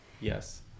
Yes